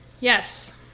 Yes